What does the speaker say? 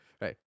right